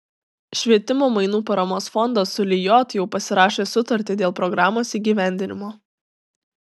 švietimo mainų paramos fondas su lijot jau pasirašė sutartį dėl programos įgyvendinimo